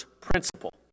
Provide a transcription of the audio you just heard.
principle